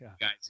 guys